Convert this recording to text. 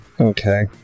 Okay